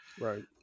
right